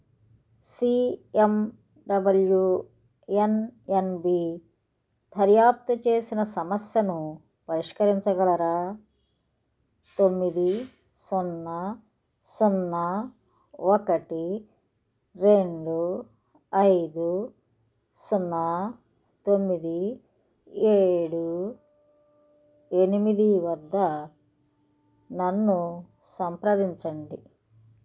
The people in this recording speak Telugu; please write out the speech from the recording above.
see M W N N B దర్యాప్తు చేసిన సమస్యను పరిష్కరించగలరా తొమ్మిది సున్నా సున్నా ఒకటి రెండు ఐదు సున్నా తొమ్మిది ఏడు ఎనిమిది వద్ద నన్ను సంప్రదించండి